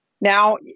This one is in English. now